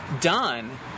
done